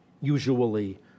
usually